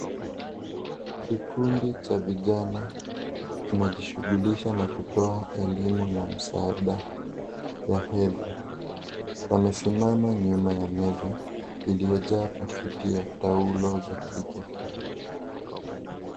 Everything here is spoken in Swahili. Kikundi cha vijana, kinajishughulisha na kutoa elimu na msaada ya hedhi. Wanasimama nyuma ya meza iliyojaa pakiti ya taulo ya kike.